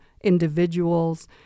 individuals